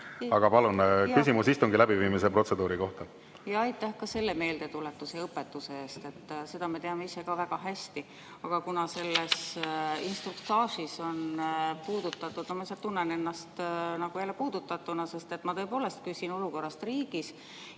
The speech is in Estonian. Aga, palun, küsimus istungi läbiviimise protseduuri kohta! Jaa, aitäh ka selle meeldetuletuse ja õpetuse eest! Seda me teame ise ka väga hästi. Aga kuna selles instruktaažis on puudutatud … Ma lihtsalt tunnen ennast jälle puudutatuna, sest ma küsin olukorrast riigis.